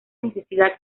necesidad